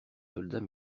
soldats